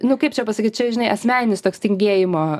nu kaip čia pasakyt čia žinai asmeninis toks tingėjimo